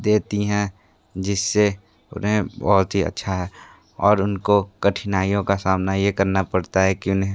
देती है जिससे उन्हें बहुत ही अच्छा है और उनको कठिनाइयों का सामना यह करना पड़ता है कि उन्हें